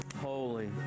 Holy